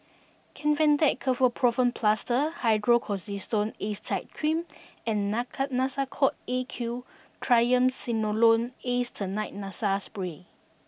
Kefentech Ketoprofen Plaster Hydrocortisone Acetate Cream and Naka Nasacort A Q Triamcinolone Acetonide Nasal Spray